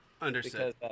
Understood